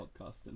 podcasting